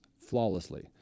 flawlessly